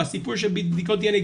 בסיפור של בדיקות דנ”א,